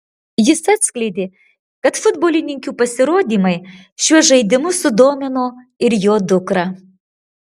jis atskleidė kad futbolininkių pasirodymai šiuo žaidimu sudomino ir jo dukrą